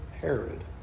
Herod